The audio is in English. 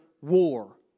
war